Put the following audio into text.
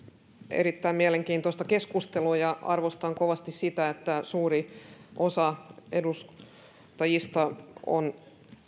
erittäin mielenkiintoista keskustelua arvostan kovasti sitä että suuri osa edustajista on